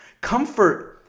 Comfort